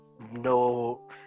no